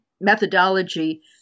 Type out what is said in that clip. methodology